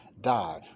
died